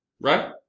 Right